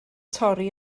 torri